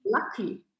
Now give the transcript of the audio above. lucky